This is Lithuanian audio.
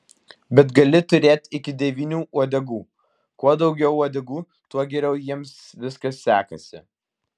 bet gali turėti iki devynių uodegų kuo daugiau uodegų tuo geriau jiems viskas sekasi